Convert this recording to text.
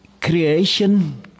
Creation